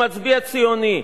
הוא מצביע ציוני.